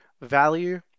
value